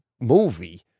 movie